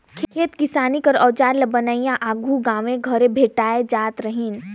खेती किसानी कर अउजार ल बनोइया आघु गाँवे घरे भेटाए जात रहिन